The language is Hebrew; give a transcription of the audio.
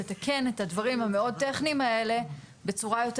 לתקן את הדברים המאוד טכניים האלה בצורה יותר